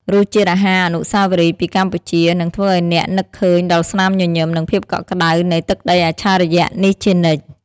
រសជាតិអាហារអនុស្សាវរីយ៍ពីកម្ពុជា នឹងធ្វើឱ្យអ្នកនឹកឃើញដល់ស្នាមញញឹម និងភាពកក់ក្តៅនៃទឹកដីអច្ឆរិយៈនេះជានិច្ច។